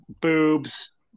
Boobs